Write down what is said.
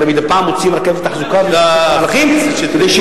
הרי מדי פעם מוציאים רכבת לתחזוקה.